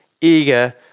eager